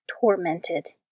tormented